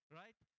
right